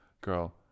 Girl